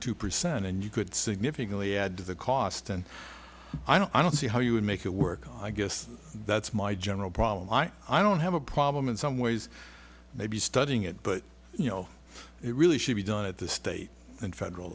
two percent and you could significantly add to the cost and i don't i don't see how you would make it work i guess that's my general problem i don't have a problem in some ways maybe studying it but you know it really should be done at the state and federal